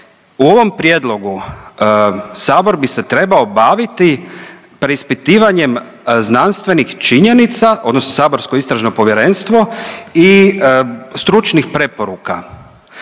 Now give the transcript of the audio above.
U ovom prijedlogu Sabor bi se trebao baviti preispitivanjem znanstvenih činjenica odnosno saborsko istražno povjerenstvo i stručnih preporuka.